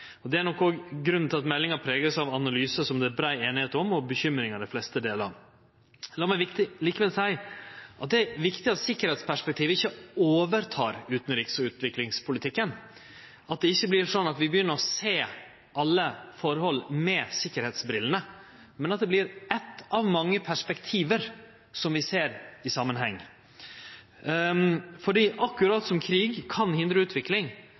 er nok òg grunnen til at meldinga er prega av analysar som det er brei einigheit om, og bekymringar som dei fleste deler. Lat meg likevel seie at det er viktig at sikkerheitsperspektivet ikkje overtek utanriks- og utviklingspolitikken, at det ikkje vert slik at vi begynner å sjå alle forhold med sikkerheitsbrillene på, men at det vert eitt av mange perspektiv vi ser i samanheng. Akkurat som krig kan hindre utvikling,